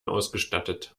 ausgestattet